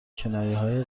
کنایههای